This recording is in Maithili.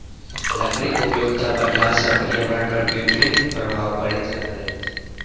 लकड़ीक उपयोगिता बढ़ला सॅ पर्यावरण पर विपरीत प्रभाव पड़ि रहल छै